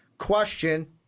question